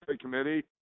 Committee